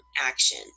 action